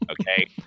Okay